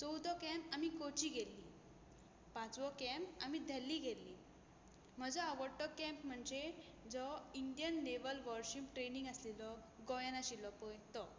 चवतो camp आमी कोची गेल्लीं पांचवो कँप आमी धेल्ली गेल्लीं म्हजो आवडटो कँप म्हणजे जो इंदियन नेवल वॉरशीप ट्रेनींग आसलेलो गोंयान आशिल्लो पय तो